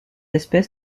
espèce